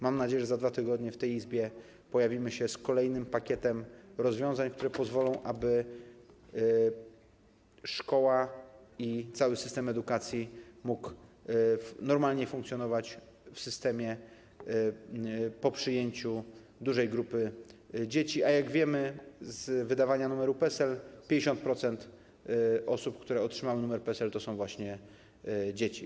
Mam nadzieję, że za 2 tygodnie w tej Izbie pojawimy się z kolejnym pakietem rozwiązań, które pozwolą, aby szkoła, cały system edukacji mógł normalnie funkcjonować w systemie po przyjęciu dużej grupy dzieci, a jak wiemy, 50% osób, które otrzymały numer PESEL, to są właśnie dzieci.